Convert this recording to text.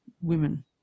women